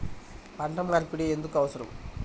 పంట మార్పిడి ఎందుకు అవసరం?